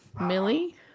Millie